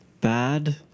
bad